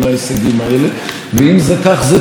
גם אם היא מאוחרת היא בוודאי מבורכת.